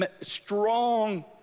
strong